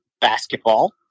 basketball